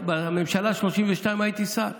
בממשלה השלושים-ושתיים הייתי שר,